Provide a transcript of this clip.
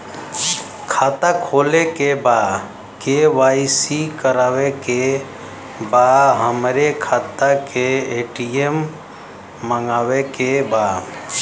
खाता खोले के बा के.वाइ.सी करावे के बा हमरे खाता के ए.टी.एम मगावे के बा?